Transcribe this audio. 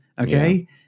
Okay